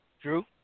Drew